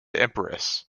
empress